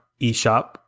eShop